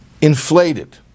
inflated